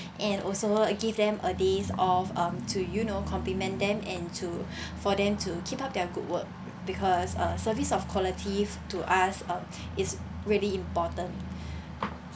and also give them a days off um up to you know compliment them and to for them to keep up their good work because uh service of qualities to us um is really important